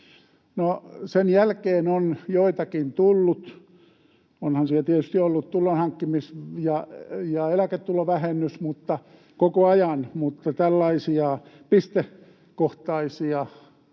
sen jälkeen on joitakin tullut. Onhan siellä tietysti ollut tulonhankkimis‑ ja eläketulovähennys koko ajan, mutta tällaisia pistekohtaisia